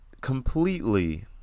completely